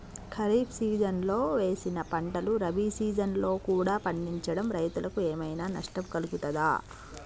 ఖరీఫ్ సీజన్లో వేసిన పంటలు రబీ సీజన్లో కూడా పండించడం రైతులకు ఏమైనా నష్టం కలుగుతదా?